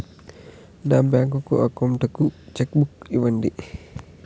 నా bank account కు cheque book ఇవ్వండి